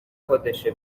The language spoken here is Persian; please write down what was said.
خودشه